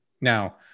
Now